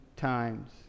times